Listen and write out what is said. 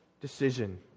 decision